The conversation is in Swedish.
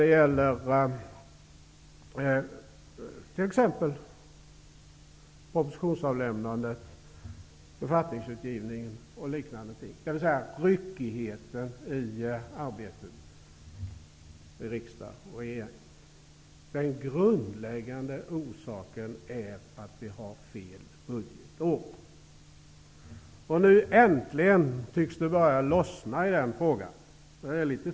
Det gäller propositionsavlämnandet, författningsutgivningen och liknande ting -- dvs. ryckigheten i arbetet för riksdag och regering. Den grundläggande orsaken är att vi har fel budgetår. Nu tycks det äntligen börja lossna i den frågan.